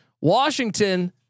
Washington